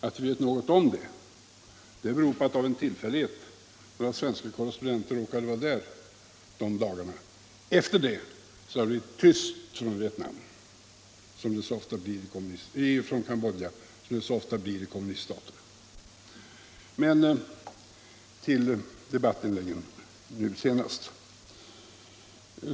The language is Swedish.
Att vi vet något om detta beror på att några svenska korrespondenter av en tillfällighet råkade vara där de dagarna. Efter detta har det blivit tyst från Cambodja såsom det ofta blir från kommuniststater. Men nu återgår jag till debattinläggen.